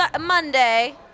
Monday